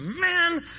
man